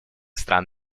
стран